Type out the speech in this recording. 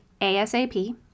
ASAP